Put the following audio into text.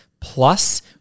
plus